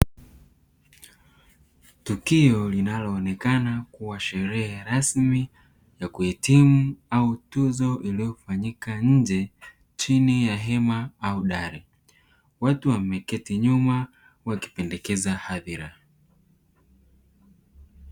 Tukio linaloonekana kuwa sherehe rasmi ya kuhitimu au tuzo iliyofanyika nje chini ya hema au dari. Watu wameketi nyuma wakipendekeza hadhira.